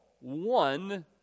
one